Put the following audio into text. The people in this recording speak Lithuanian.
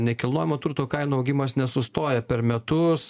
nekilnojamo turto kainų augimas nesustoja per metus